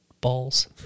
balls